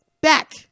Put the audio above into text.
back